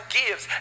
gives